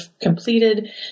completed